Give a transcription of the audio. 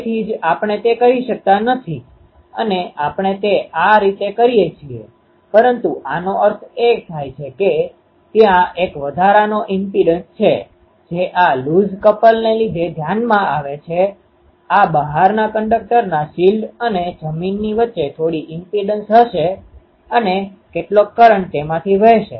તેથી જ આપણે તે કરી શકતા નથી અને આપણે તે આ રીતે કરીએ છીએ પરંતુ આનો અર્થ એ થાય છે કે ત્યાં એક વધારાનો ઇમ્પીડંસimpedanceઅવરોધ છે જે આ લૂઝ કપલને લીધે ધ્યાન માં આવે છે આ બાહરના કંડક્ટરના શિલ્ડ અને જમીનની વચ્ચે થોડી ઇમ્પીડંસ હશે અને કેટલોક કરંટ તેમાંથી વહેશે